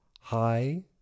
Hi